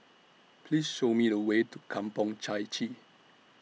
Please Show Me The Way to Kampong Chai Chee